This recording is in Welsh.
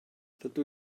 dydw